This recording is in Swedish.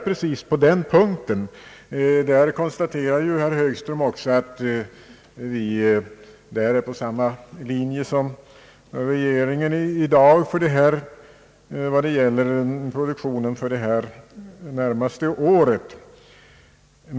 Herr Högström konstaterade ju också att vi i detta avseende är på samma linje som regeringen för det närmaste året.